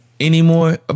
anymore